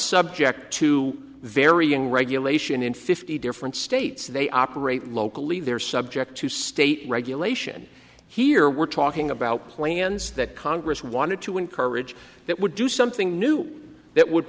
subject to varying regulation in fifty different states they operate locally they're subject to state regulation here we're talking about plans that congress wanted to encourage that would do something new that would